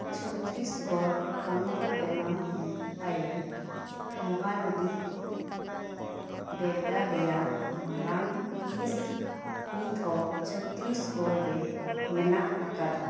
ᱪᱷᱚᱛᱨᱤᱥ ᱜᱚᱲ ᱯᱚᱱᱚᱛ ᱵᱮᱱᱟᱣᱮᱱ ᱛᱟᱭᱚᱢ ᱢᱚᱦᱟ ᱱᱚᱫᱤ ᱵᱮᱰᱟ ᱨᱮᱭᱟᱜ ᱢᱟᱨᱟᱝ ᱦᱤᱸᱥ ᱱᱤᱛᱦᱚᱸ ᱪᱷᱚᱛᱨᱤᱥᱜᱚᱲ ᱨᱮ ᱢᱮᱱᱟᱜ ᱟᱠᱟᱫᱟ